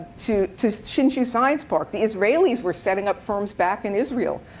to to hsinchu science park. the israelis were setting up firms back in israel.